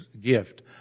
gift